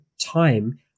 time